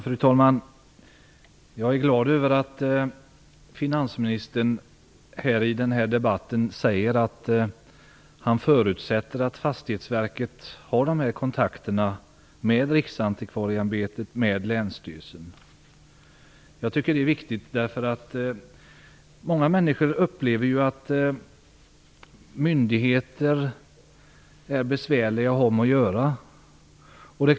Fru talman! Jag är glad över att finansministern i debatten säger att han förutsätter att Fastighetsverket tar dessa kontakter med Riksantikvarieämbetet och länsstyrelsen. Jag tycker att det är viktigt, eftersom många människor upplever att myndigheter är besvärliga att ha att göra med.